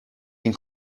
این